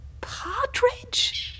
Partridge